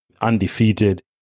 undefeated